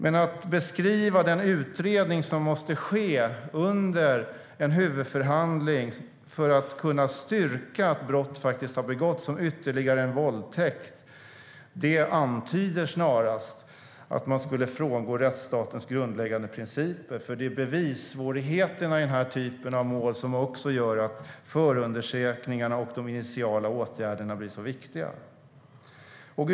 Men att beskriva den utredning som måste ske under en huvudförhandling för att kunna styrka att brott faktiskt har begåtts som ytterligare en våldtäkt antyder snarare att man skulle frångå rättsstatens grundläggande principer, för det är bevissvårigheterna i den här typen av mål som gör att förundersökningarna och de initiala åtgärderna blir så viktiga.